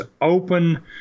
open